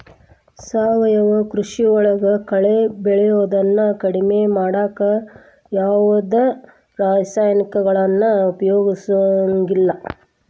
ಸಾವಯವ ಕೃಷಿಯೊಳಗ ಕಳೆ ಬೆಳಿಯೋದನ್ನ ಕಡಿಮಿ ಮಾಡಾಕ ಯಾವದ್ ರಾಸಾಯನಿಕಗಳನ್ನ ಉಪಯೋಗಸಂಗಿಲ್ಲ